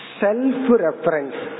self-reference